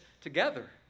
together